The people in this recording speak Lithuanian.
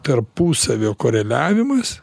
tarpusavio koreliavimas